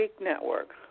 network